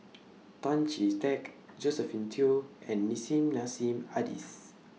Tan Chee Teck Josephine Teo and Nissim Nassim Adis